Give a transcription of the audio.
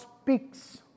speaks